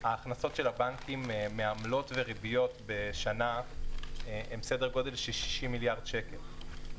ההכנסות של הבנקים מעמלות וריביות בשנה הן בסדר גודל של 60 מיליארד שקל.